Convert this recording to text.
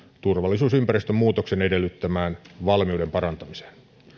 turvallisuusympäristön muutoksen edellyttämään valmiuden parantamiseen